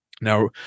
Now